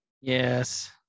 Yes